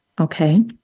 okay